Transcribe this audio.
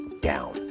down